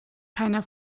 keiner